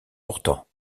pourtant